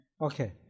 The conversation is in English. Okay